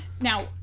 Now